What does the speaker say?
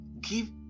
Give